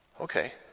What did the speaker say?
Okay